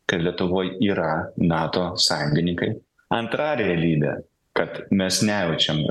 kad lietuvoj yra nato sąjungininkai antra realybė kad mes nejaučiam